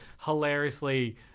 hilariously